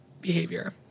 behavior